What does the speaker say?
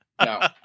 No